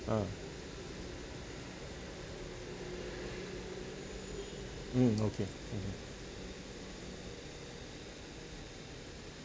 ah mm okay okay